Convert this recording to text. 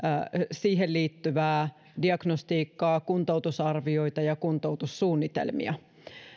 siihen liittyvää diagnostiikkaa kuntoutusarvioita ja kuntoutussuunnitelmia